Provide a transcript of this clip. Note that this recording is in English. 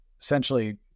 essentially